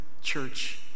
church